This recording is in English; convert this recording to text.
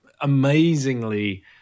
amazingly